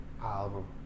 album